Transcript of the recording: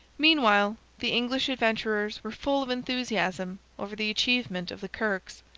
meanwhile the english adventurers were full of enthusiasm over the achievement of the kirkes.